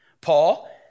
Paul